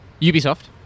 Ubisoft